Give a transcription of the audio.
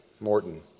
Morton